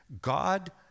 God